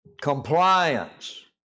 compliance